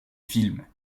films